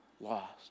lost